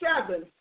Seven